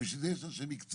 הלא בשביל זה יש אנשי מקצוע,